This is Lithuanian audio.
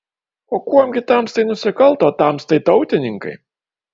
o kuom gi tamstai nusikalto tamstai tautininkai